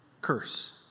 curse